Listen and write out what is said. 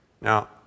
Now